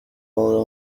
ronaldo